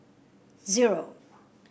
zero